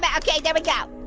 but okay, there we go.